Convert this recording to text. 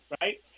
right